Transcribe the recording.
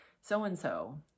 so-and-so